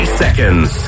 seconds